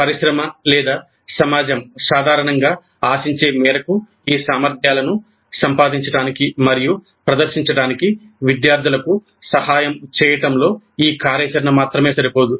పరిశ్రమ లేదా సమాజం సాధారణంగా ఆశించే మేరకు ఈ సామర్థ్యాలను సంపాదించడానికి మరియు ప్రదర్శించడానికి విద్యార్థులకు సహాయం చేయడంలో ఈ కార్యాచరణ మాత్రమే సరిపోదు